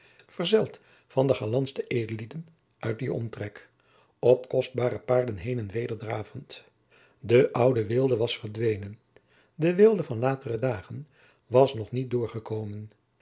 verzeld van de galantste edellieden uit dien omtrek op kostbare paarden heen en weder dravend de oude weelde was verdwenen de weelde van latere dagen was nog niet doorgekomen